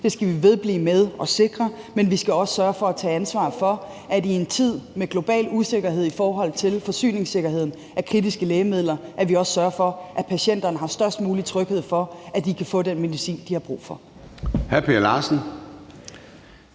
Det skal vi blive vedblive med at sikre, men vi skal også sørge for at tage ansvar for, at vi i en tid med global usikkerhed i forhold til forsyningssikkerheden, når det gælder kritiske lægemidler, også sørger for, at patienterne har størst mulig vished for, at de kan få den medicin, de har brug for.